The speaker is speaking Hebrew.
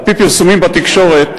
על-פי פרסומים בתקשורת,